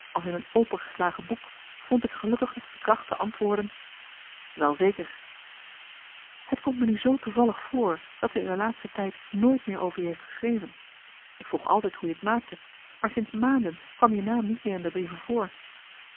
als in een opengeslagen boek vond ik gelukkig nog de kracht te antwoorden wel zeker het komt me nu zoo toevallig voor dat ze in de laatste tijd nooit meer over je heeft geschreven ik vroeg altijd hoe je t maakte maar sinds maanden kwam je naam niet meer in d'r brieven voor